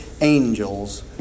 angels